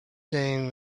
saying